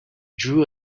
drew